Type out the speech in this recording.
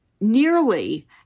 nearly